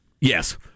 Yes